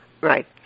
Right